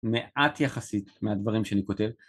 מעט יחסית מהדברים שאני כותב